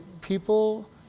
people